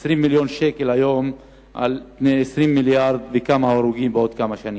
20 מיליון שקל היום על פני 20 מיליארד וכמה הרוגים בעוד כמה שנים.